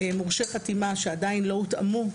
של מורשי חתימה שעדיין לא הותאמו,